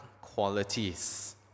qualities